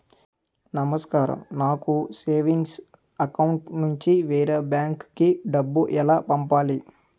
నమస్కారం నాకు savings account నుంచి వేరే బ్యాంక్ కి డబ్బు ఎలా పంపాలి?